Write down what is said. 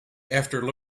after